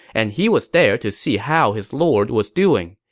and he was there to see how his lord was doing.